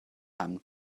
haben